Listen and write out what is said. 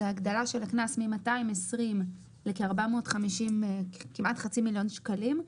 זה הגדלה של קנס מ-220 לכמעט חצי מיליון שקלים,